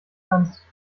kannst